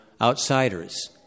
outsiders